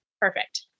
Perfect